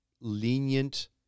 lenient